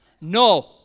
No